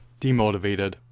demotivated